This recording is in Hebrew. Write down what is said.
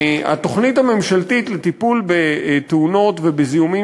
התוכנית הממשלתית לטיפול בתאונות ובזיהומים